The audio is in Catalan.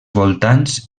voltants